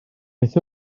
beth